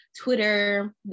Twitter